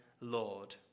Lord